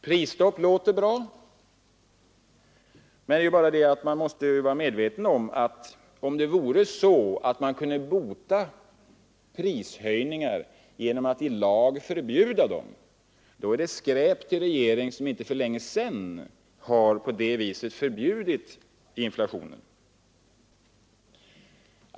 Prisstopp låter bra, men om det är så att man kan bota prishöjningar genom att i lag förbjuda dem, då är det skräp till regering som inte för länge sedan på det sättet har förbjudit inflationen.